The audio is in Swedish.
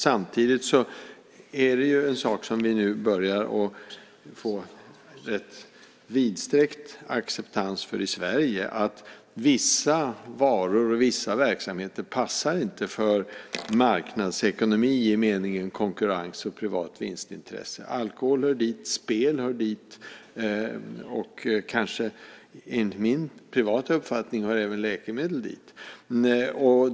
Samtidigt börjar vi nu få en rätt vidsträckt acceptans i Sverige för att vissa varor och vissa verksamheter inte passar för marknadsekonomin i meningen konkurrens och privat vinstintresse. Alkohol hör dit, spel hör dit och enligt min privata uppfattning hör även läkemedel dit.